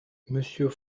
monsieur